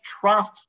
trust